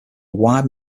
wide